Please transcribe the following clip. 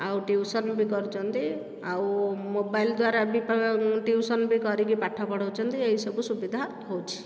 ଆଉ ଟ୍ୟୁସନ୍ ବି କରୁଛନ୍ତି ଆଉ ମୋବାଇଲ୍ ଦ୍ୱାରା ବି ଟ୍ୟୁସନ କରିକି ପାଠ ପଢ଼ାଉଛନ୍ତି ଏହିସବୁ ସୁବିଧା ହେଉଛି